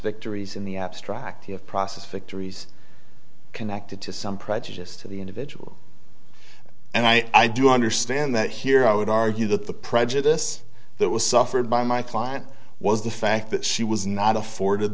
victories in the abstract you have process victories connected to some prejudice to the individual and i i do understand that here i would argue that the prejudice that was suffered by my client was the fact that she was not afforded